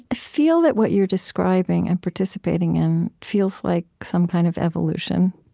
ah feel that what you are describing and participating in feels like some kind of evolution